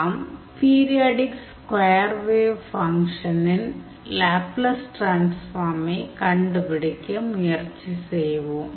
நாம் periodic square wave ஃபங்க்ஷனின் Laplace டிரான்ஸ்ஃபார்மை கண்டுபிடிக்க முயற்சி செய்வோம்